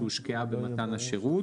שהושקעה במתן השירות.